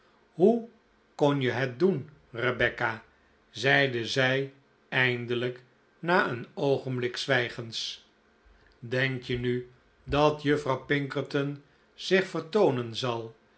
hoe icon je het doen rebecca zeide zij eindelijk na een oogenblik zwijgens denk je nu dat juffrouw pinkerton zich vertoonen zal